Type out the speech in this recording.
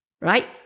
Right